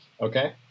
Okay